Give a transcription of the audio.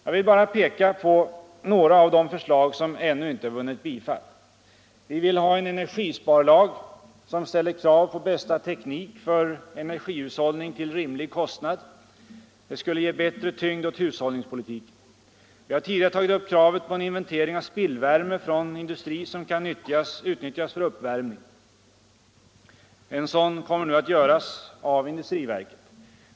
Jag vill bara peka på några av de förslag som ännu inte vunnit bifall. Vi vill ha en energisparlag som ställer krav på bästa teknik för energihushållning till rimlig kostnad. Det skulle ge bättre tyngd åt hushållningspolitiken. Vi har tidigare tagit upp kravet på en inventering av spillvärme från industri som kan utnyttjas för uppvärmning. En sådan kommer nu att göras av industriverket.